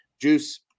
juice